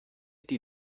die